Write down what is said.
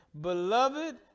beloved